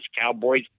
Cowboys